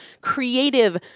creative